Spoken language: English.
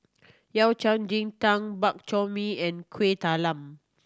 Yao Cai ji tang Bak Chor Mee and Kuih Talam